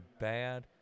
bad